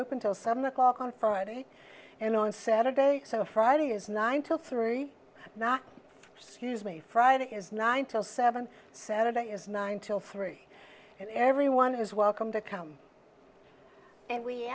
until seven o'clock on friday and on saturday so friday is nine till three now scuse me friday is nine till seven saturday is nine till three and everyone is welcome to come and we